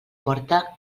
porta